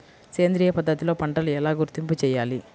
సేంద్రియ పద్ధతిలో పంటలు ఎలా గుర్తింపు చేయాలి?